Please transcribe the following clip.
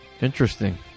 Interesting